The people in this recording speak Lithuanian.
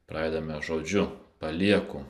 pradedame žodžiu palieku